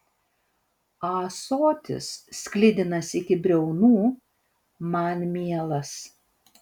ąsotis sklidinas iki briaunų man mielas